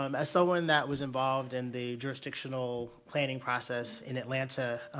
um as someone that was involved in the jurisdictional planning process in atlanta,